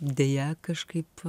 deja kažkaip